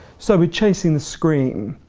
so, with chasing the scream,